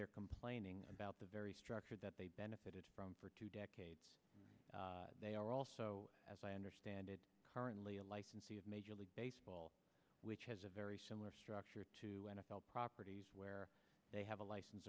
they're complaining about the very structure that they benefited from for two decades they are also as i understand it currently a licensee of major league baseball which has a very similar structure to n f l properties where they have a license